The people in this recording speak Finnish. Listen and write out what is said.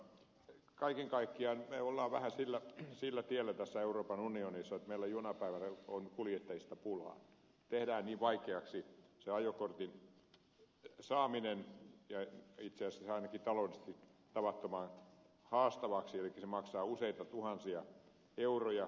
mutta kaiken kaikkiaan me olemme vähän sillä tiellä euroopan unionissa että meillä jonain päivänä on kuljettajista pulaa kun ajokortin saaminen tehdään niin vaikeaksi ja ainakin taloudellisesti tavattoman haastavaksi elikkä se maksaa useita tuhansia euroja